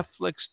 Netflix